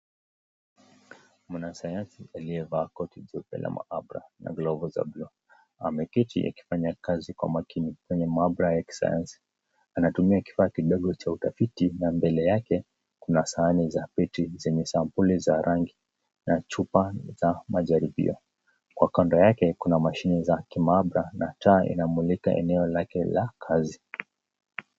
Mwanasayansi aliyevaa koti jeupe la maabara na glovu za buluu ameketi akifanya kazi kwa makini kwenye maabara ya kisayansi. Anatumia kifaa kidogo cha utafiti na mbele yake kuna sahani na peti zenye sampuli za rangi na chupa za majaribio. Kwa kando yake kuna mashine za kimaabara na taa inamulika eneo lake la kazi.